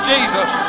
Jesus